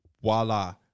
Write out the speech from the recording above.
voila